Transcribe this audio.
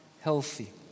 healthy